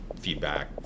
feedback